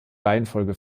reihenfolge